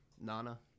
Nana